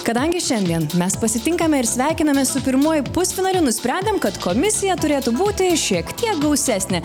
kadangi šiandien mes pasitinkame ir sveikinamės su pirmuoju pusfinaliu nusprendėm kad komisija turėtų būti šiek tiek gausesnė